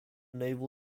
naval